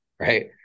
right